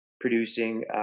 producing